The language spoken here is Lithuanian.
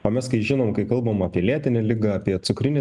o mes kai žinom kai kalbam apie lėtinę ligą apie cukrinį